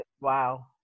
Wow